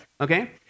Okay